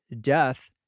death